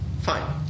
Fine